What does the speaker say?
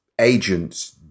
agents